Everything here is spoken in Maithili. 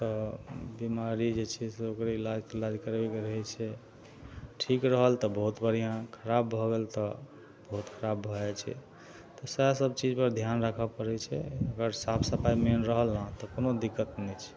बीमारी जे छै से ओकर इलाज तिलाज करबयके रहय छै ठीक रहल तऽ बहुत बढ़िआँ खराब भऽ गेल तऽ बहुत खराब भऽ जाइ छै तऽ सएह सब चीजपर ध्यान राखऽ पड़य छै अगर साफ सफाइ मेन रहल ने तऽ कोनो दिक्कत नहि छै